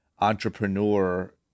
entrepreneur